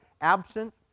absent